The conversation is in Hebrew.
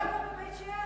הוא יכול לגור בבית-שאן,